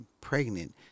pregnant